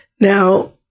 Now